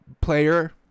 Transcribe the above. player